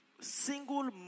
single